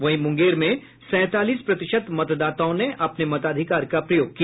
वहीं मुंगेर में सैंतालीस प्रतिशत मतदाताओं ने अपने मताधिकार का प्रयोग किया